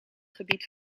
gebied